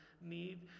need